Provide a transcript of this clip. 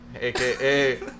AKA